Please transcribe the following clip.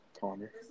Connor